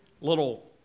little